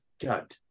god